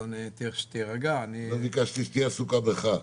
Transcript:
אז שתירגע --- לא ביקשתי שתהיה עסוקה בך,